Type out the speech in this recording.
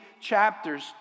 chapters